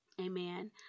amen